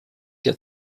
der